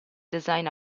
design